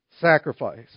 Sacrifice